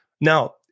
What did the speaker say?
Now